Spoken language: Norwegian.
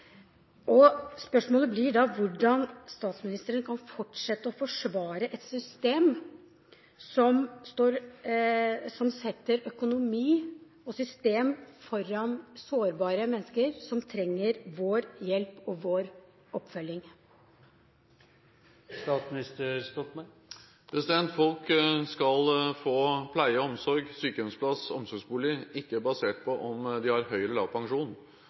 Spørsmålet blir da: Hvordan kan statsministeren fortsette å forsvare et system som setter økonomi og system foran sårbare mennesker, som trenger vår hjelp og vår oppfølging? Folk skal få pleie og omsorg, sykehjemsplass og omsorgsboliger, ikke basert på om de har høy eller lav pensjon,